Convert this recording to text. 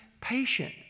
patient